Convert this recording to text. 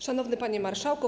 Szanowny Panie Marszałku!